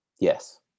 yes